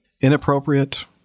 inappropriate